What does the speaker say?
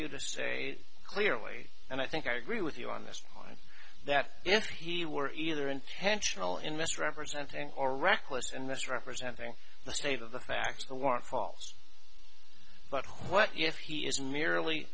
you to say clearly and i think i agree with you on this point that if he were either intentional investor representing or reckless and misrepresenting the state of the facts the warrant falls but what if he is merely